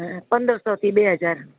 હ હ પંદરસોથી બે હજાર